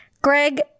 greg